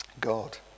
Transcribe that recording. God